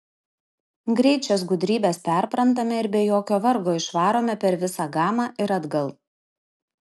greit šias gudrybes perprantame ir be jokio vargo išvarome per visą gamą ir atgal